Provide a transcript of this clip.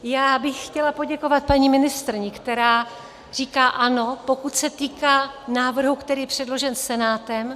Já bych chtěla poděkovat paní ministryni, která říká ano, pokud se týká návrhu, který je předložen Senátem.